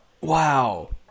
Wow